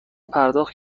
پرداخت